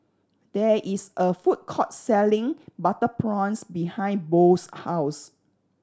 there is a food court selling butter prawns behind Bo's house